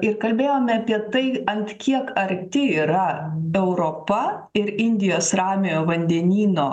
ir kalbėjome apie tai ant kiek arti yra europa ir indijos ramiojo vandenyno